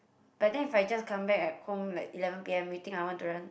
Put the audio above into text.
but then if I just come back at home like eleven P_M you think I want to run